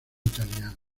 italiana